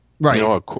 Right